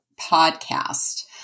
podcast